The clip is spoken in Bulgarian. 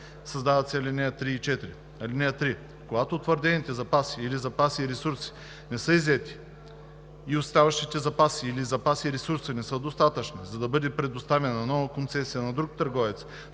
Създават се ал. 3 и 4: „(3) Когато утвърдените запаси или запаси и ресурси не са иззети и оставащите запаси или запаси и ресурси не са достатъчни, за да бъде предоставена нова концесия на друг търговец,